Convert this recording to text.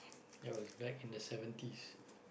that was back in the seventies